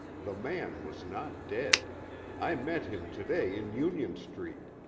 the man was not dead i met him to-day in union street.